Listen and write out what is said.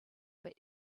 but